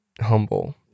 humble